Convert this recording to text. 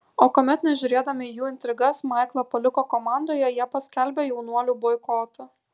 o kuomet nežiūrėdami į jų intrigas maiklą paliko komandoje jie paskelbė jaunuoliui boikotą